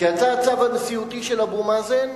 כשיצא הצו הנשיאותי של אבו מאזן,